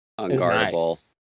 unguardable